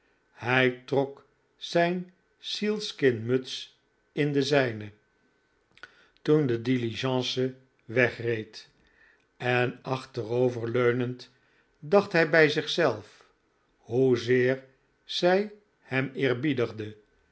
hij trok zijn sealskin muts in de zijne toen de diligence wegreed en achterover leunend dacht hij bij zichzelf hoezeer zij hem eerbiedigde